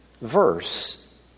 verse